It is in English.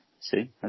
See